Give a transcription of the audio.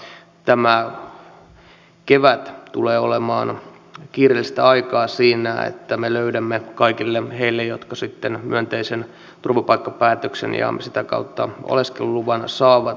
todella tämä kevät tulee olemaan kiireellistä aikaa siinä että me löydämme kaikille heille jotka sitten myönteisen turvapaikkapäätöksen ja sitä kautta oleskeluluvan saavat sen kuntapaikan